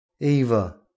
Eva